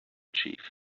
chief